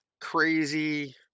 crazy